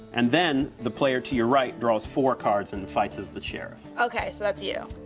and then, the player to your right draws four cards and fights as the sheriff. okay, so that's you,